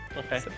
okay